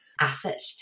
asset